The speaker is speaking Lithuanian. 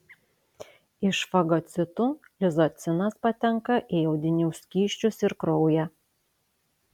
iš fagocitų lizocimas patenka į audinių skysčius ir kraują